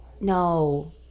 no